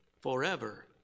forever